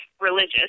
religious